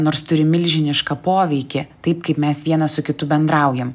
nors turi milžinišką poveikį taip kaip mes vienas su kitu bendraujam